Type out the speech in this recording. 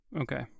Okay